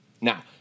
Now